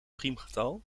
priemgetal